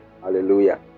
hallelujah